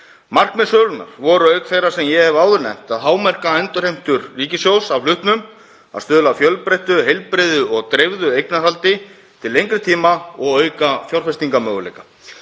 Markmið sölunnar voru, auk þeirra sem ég hef áður nefnt, að hámarka endurheimtur ríkissjóðs af hlutnum, stuðla að fjölbreyttu, heilbrigðu og dreifðu eignarhaldi til lengri tíma og auka fjárfestingarmöguleika.